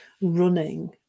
running